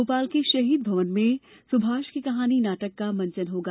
भोपाल के शहीद भवन में सुभाष की कहानी नाटक का मंचन होगा